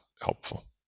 helpful